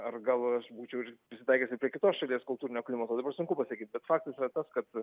ar gal aš būčiau ir prisitaikęs ir prie kitos šalies kultūrinio klimato dabar sunku pasakyti bet faktias yra tas kad